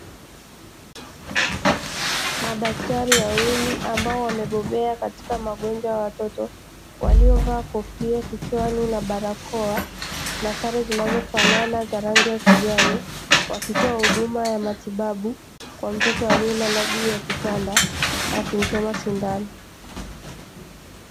Madaktari wawili ambao wamebobea katika magonjwa ya watoto, waliovaa kofia kichwani na barakoa na sare zinazofanana za rangi ya kijani, wakitoa huduma ya matibabu kwa mtoto aliyelala juu ya kitanda wakimchoma sindano.